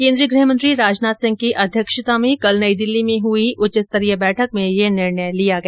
केन्द्रीय गृह मंत्री राजनाथ सिंह की अध्यक्षता में कल नई दिल्ली में हई एक उच्च स्तरीय बैठक में यह निर्णय लिया गया